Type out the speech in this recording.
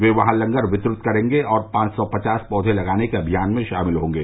वे वहां लंगर वितरित करेंगे और पांच सौ पचास पौधे लगाने के अभियान में शामिल होंगे